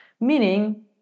meaning